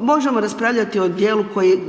možemo raspravljati o djelu